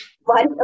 one